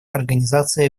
организации